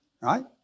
right